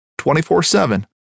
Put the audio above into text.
24-7